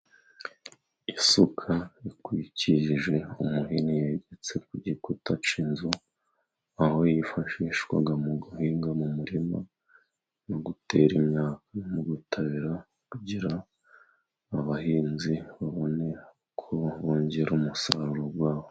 Isuka ikwikije umuhini yagetse ku gikuta cy'inzu, aho yifashishwa mu guhinga mu murima no gutera imyaka no mu gutabira, kugira abahinzi babone uko bongera umusaruro wabo.